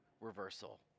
reversal